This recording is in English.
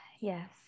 Yes